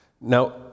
Now